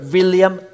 William